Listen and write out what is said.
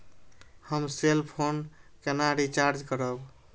हम cell phone केना recharge करब?